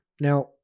Now